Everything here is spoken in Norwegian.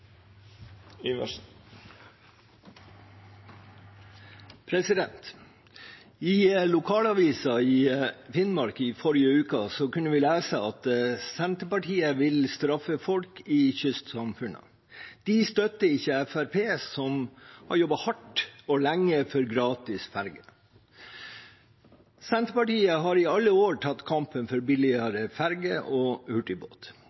I lokalavisen iFinnmark i forrige uke kunne vi lese at Senterpartiet vil straffe folk i kystsamfunnene. De støtter ikke Fremskrittspartiet som har jobbet hardt og lenge for gratis ferge. Senterpartiet har i alle år tatt kampen for